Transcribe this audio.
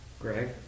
Greg